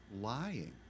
lying